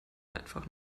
einfach